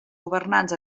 governants